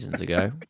ago